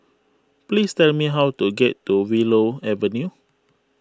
please tell me how to get to Willow Avenue